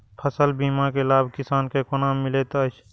फसल बीमा के लाभ किसान के कोना मिलेत अछि?